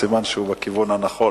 אז סימן שהוא בכיוון הנכון.